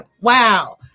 wow